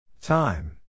time